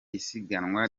isiganwa